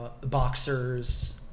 boxers